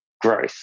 growth